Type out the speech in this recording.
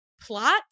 plot